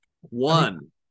One